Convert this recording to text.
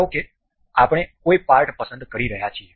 ધારો કે આપણે કોઈ પાર્ટ પસંદ કરી રહ્યા છીએ